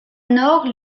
nord